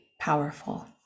powerful